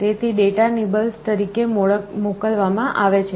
તેથી data nibbles તરીકે મોકલવામાં આવે છે